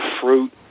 fruit